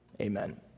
amen